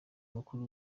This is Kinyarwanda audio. mukuru